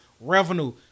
revenue